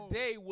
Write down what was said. day